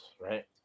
right